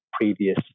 previous